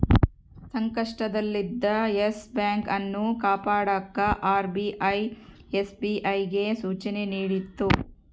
ಸಂಕಷ್ಟದಲ್ಲಿದ್ದ Yes Bank ಅನ್ನು ಕಾಪಾಡಕ ಆರ್.ಬಿ.ಐ ಎಸ್.ಬಿ.ಐಗೆ ಸೂಚನೆ ನೀಡಿತು